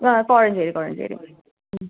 ആ കോഴഞ്ചേരി കോഴഞ്ചേരി